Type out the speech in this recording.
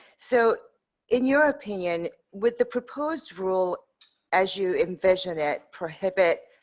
so in your opinion with the proposed rule as you envision it prohibit